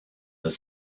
that